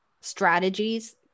strategies